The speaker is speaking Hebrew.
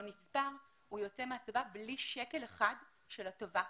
נספר - הוא יוצא מהצבא בלי שקל אחד של הטבה כלכלית.